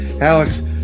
Alex